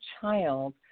child